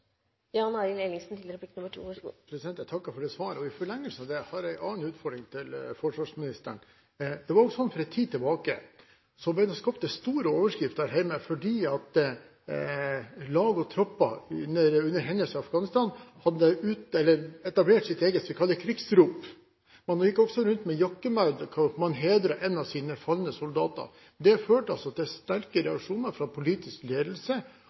forlengelsen av det har jeg en annen utfordring til forsvarsministeren. For en tid tilbake ble det skapt store overskrifter her hjemme fordi lag og tropper under hendelser i Afghanistan hadde etablert sitt eget – jeg vil kalle det – krigsrop. Man gikk også rundt med jakkemerker der man hedret en av sine falne soldater. Det førte til sterke reaksjoner fra politisk ledelse